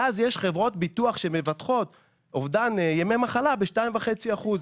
מאז יש חברות ביטוח שמבטחות אובדן ימי מחלה ב-2.5 אחוזים.